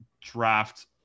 draft